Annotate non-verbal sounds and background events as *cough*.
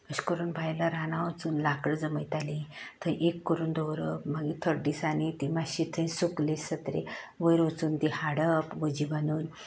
अशें करून बायलां रानां वचून लांकडां जमयताली थंय एक करून दवरप मागीर थोड्यां दिसांनी ती मातशीं थंय सुकलीं *unintelligible* वयर वचून तीं हाडप वजें बादून